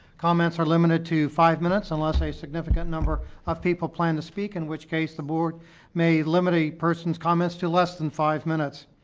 comments are limited to five minutes unless a significant number of people plan to speak, in which case the board may limit a person's comments to less than five minutes.